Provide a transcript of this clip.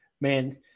Man